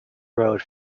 road